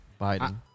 Biden